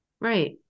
Right